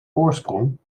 oorsprong